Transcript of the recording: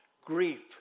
grief